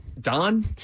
Don